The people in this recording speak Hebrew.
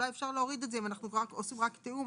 עד (3).